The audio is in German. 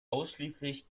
ausschließlich